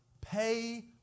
Pay